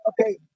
Okay